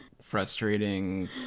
frustrating